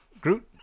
Groot